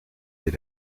des